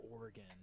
Oregon